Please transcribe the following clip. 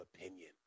opinion